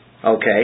Okay